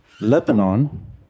Lebanon